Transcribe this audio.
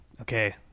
okay